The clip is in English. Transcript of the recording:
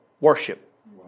worship